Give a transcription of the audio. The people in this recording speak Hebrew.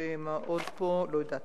מה עוד, לא יודעת.